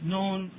Known